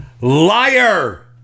Liar